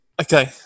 Okay